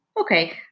okay